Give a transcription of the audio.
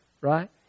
right